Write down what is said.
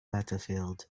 battlefield